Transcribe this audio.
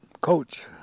coach